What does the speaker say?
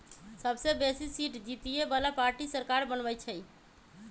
सबसे बेशी सीट जीतय बला पार्टी सरकार बनबइ छइ